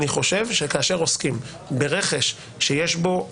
אני חושב שכאשר עוסקים ברכש שיש בו